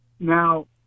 Now